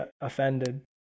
offended